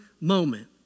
moment